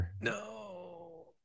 No